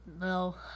No